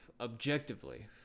objectively